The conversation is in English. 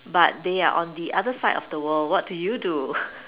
but they are on the other side of the world what do you do